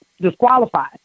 disqualified